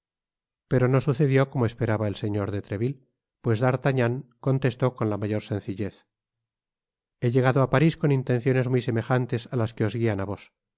pero no sucedió como esperaba el señor de treville pues d'artagnan contestó con la mayor sencillez he llegado á paris con intenciones muy semejantes á tas que os guian á vos